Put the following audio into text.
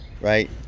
Right